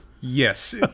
Yes